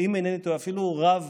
אפילו הרב